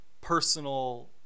personal